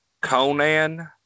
Conan